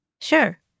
Sure